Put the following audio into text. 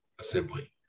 assembly